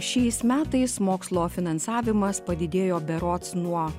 šiais metais mokslo finansavimas padidėjo berods nuo